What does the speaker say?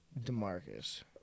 Demarcus